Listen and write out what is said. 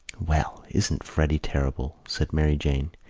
well, isn't freddy terrible? said mary jane.